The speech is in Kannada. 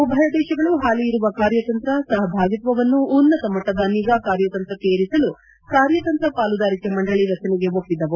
ಉಭಯ ದೇಶಗಳು ಹಾಲಿ ಇರುವ ಕಾರ್ಯತಂತ್ರ ಸಹಭಾಗಿತ್ಸವನ್ನು ಉನ್ನತಮಟ್ಟದ ನಿಗಾ ಕಾರ್ಯತಂತ್ರಕ್ನೆ ಏರಿಸಲು ಕಾರ್ಯತಂತ್ರ ಪಾಲುದಾರಿಕೆ ಮಂಡಳಿ ರಚನೆಗೆ ಒಪ್ಪಿದವು